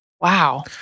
Wow